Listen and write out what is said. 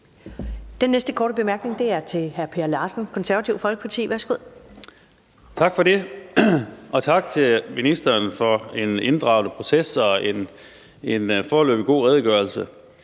Den næste korte bemærkning er til hr. Per Larsen, Det Konservative Folkeparti. Værsgo. Kl. 15:52 Per Larsen (KF): Tak for det, og tak til ministeren for en inddragende proces og en foreløbig god redegørelse.